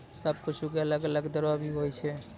सब कुछु के अलग अलग दरो भी होवै छै